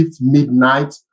midnight